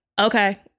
Okay